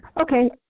Okay